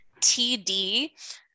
td